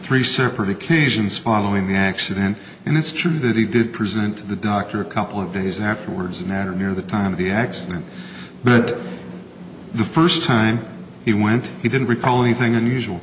three separate occasions following the accident and it's true that he did present the doctor a couple of days afterwards a matter near the time of the accident but the first time he went he didn't recall anything unusual